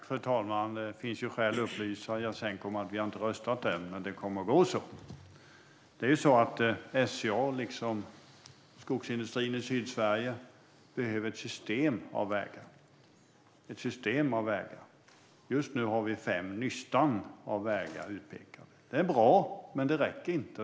Fru talman! Det finns skäl att upplysa Jasenko om att vi inte har röstat än. Men det kommer att bli på det sättet. SCA, liksom skogsindustrin i Sydsverige, behöver ett system av vägar. Just nu har vi fem nystan av vägar utpekade. Det är bra, men det räcker inte.